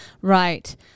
right